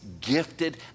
gifted